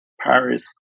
Paris